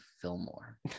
Fillmore